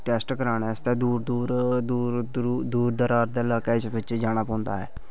taste कराने आस्तै दूर दूर दूर दू दरार दे लाकै बिच जाना पौंदा ऐ